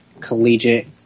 collegiate